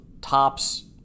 tops